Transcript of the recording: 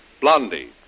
Blondie